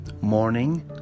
Morning